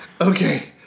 Okay